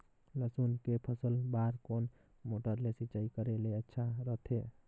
लसुन के फसल बार कोन मोटर ले सिंचाई करे ले अच्छा रथे?